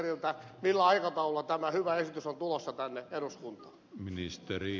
millä aikataululla tämä hyvä esitys on tulossa tänne eduskuntaan